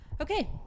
okay